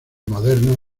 moderno